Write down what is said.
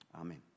Amen